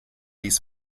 ließ